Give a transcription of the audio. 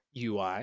UI